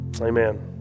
Amen